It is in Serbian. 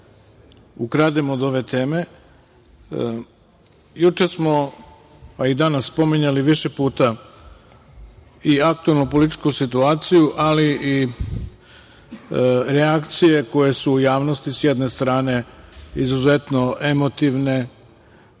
ukradem od ove teme. Juče smo, a i danas spominjali više puta i aktuelnu političku situaciju, ali i reakcije koje su u javnosti s jedne strane izuzetno emotivne,